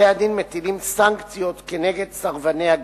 בתי-הדין מטילים סנקציות כנגד סרבני הגט,